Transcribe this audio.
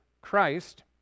Christ